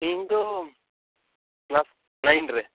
ᱤᱧᱫᱚ ᱠᱞᱟᱥ ᱱᱟᱹᱭᱤᱱ ᱨᱮ